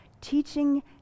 teaching